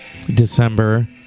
December